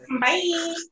Bye